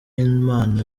imana